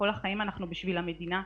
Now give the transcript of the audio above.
כל החיים אנחנו בשביל המדינה,